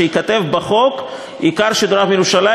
שייכתב בחוק: "עיקר השידורים מירושלים,